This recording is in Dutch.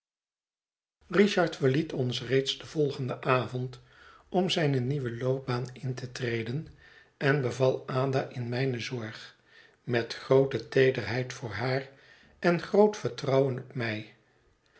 richard verliet ons reeds den volgenden avond om zijne nieuwe loopbaan in te treden en beval ada in mijne zorg met groote teederheid voor haar en groot vertrouwen op mij